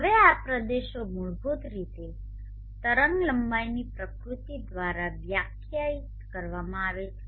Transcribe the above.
હવે આ પ્રદેશો મૂળભૂત રીતે તરંગલંબાઈની પ્રકૃતિ દ્વારા વ્યાખ્યાયિત કરવામાં આવે છે